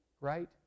right